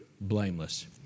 blameless